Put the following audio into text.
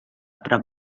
prop